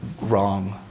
Wrong